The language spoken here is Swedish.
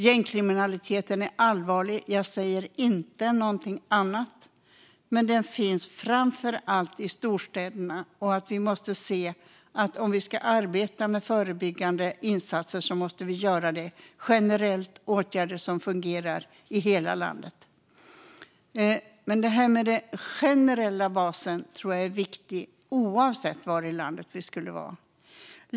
Gängkriminaliteten är allvarlig - jag säger inte något annat - men den finns framför allt i storstäderna. Om vi ska arbeta med förebyggande insatser måste vi göra det generellt med åtgärder som fungerar i hela landet. Jag tror att den generella basen är viktig, oavsett var i landet man finns.